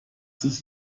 sich